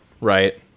Right